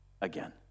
again